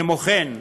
כמו כן,